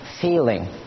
feeling